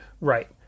Right